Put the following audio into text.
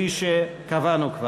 כפי שכבר קבענו.